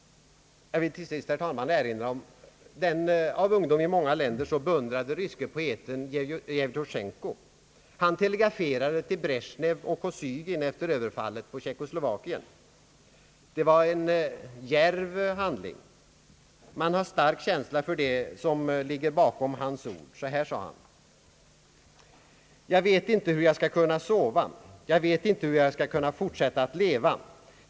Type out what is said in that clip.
Jag vill till sist, herr talman erinra om den av ungdomen i många länder så beundrade ryske poeten Jevtusjenko. Han telegraferade till Bresjnev och Kosygin efter överfallet på Tjeckoslovakien. Det var en djärv handling. Man har stark känsla för det som ligger bakom hans ord. Så här sade han: »Jag vet inte hur jag skall kunna sova. Jag vet inte hur jag skall kunna fortsätta att leva.